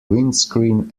windscreen